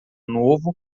novo